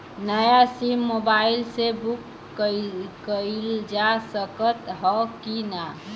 नया SIM mobile से book कइलजा सकत ह कि ना?